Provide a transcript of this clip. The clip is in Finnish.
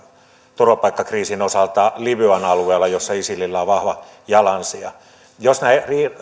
turvapaikkakriisin osalta libyan alueella jossa isilillä on vahva jalansija jos nämä